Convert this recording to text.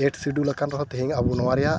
eight schedule ᱟᱠᱟᱱ ᱨᱮᱦᱚᱸ ᱟᱵᱚ ᱱᱚᱣᱟ ᱨᱮᱭᱟᱜ